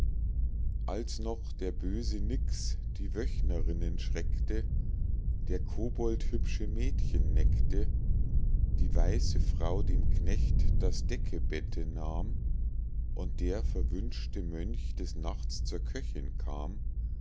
als noch der böse nix die wöchnerinnen schreckte der kobold hübsche mädchen neckte die weiße frau dem knecht das deckebette nahm und der verwünschte mönch des nachts zur köchin kam